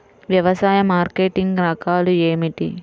వ్యవసాయ మార్కెటింగ్ రకాలు ఏమిటి?